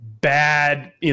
bad